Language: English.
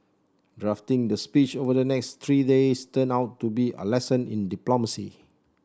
drafting the speech over the next three days turned out to be a lesson in diplomacy